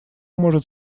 может